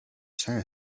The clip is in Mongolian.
сайн